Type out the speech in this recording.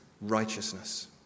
righteousness